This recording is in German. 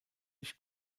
nicht